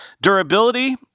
Durability